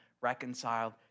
reconciled